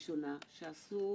חבר הכנסת דב חנין,